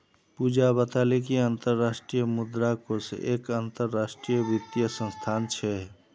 पूजा बताले कि अंतर्राष्ट्रीय मुद्रा कोष एक अंतरराष्ट्रीय वित्तीय संस्थान छे